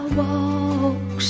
walk